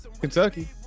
Kentucky